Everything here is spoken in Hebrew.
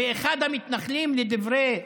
ואחד המתנחלים, לדברי